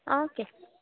okay